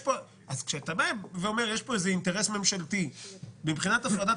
כשאתה אומר שיש פה איזה אינטרס ממשלתי מבחינת הפרדת